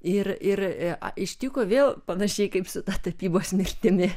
ir ir ištiko vėl panašiai kaip su ta tapybos mirtimi